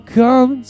come